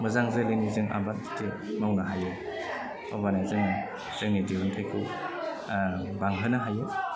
मोजां जोलैनि जों आबाद खेथि मावनो हायो होम्बाना जों जोंनि दिहुनथायखौ बांहोनो हायो